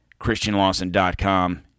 ChristianLawson.com